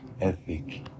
ethic